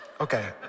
Okay